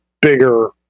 bigger